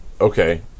Okay